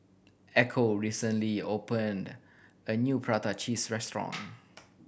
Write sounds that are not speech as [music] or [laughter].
Echo recently opened a new prata cheese restaurant [noise]